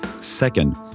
Second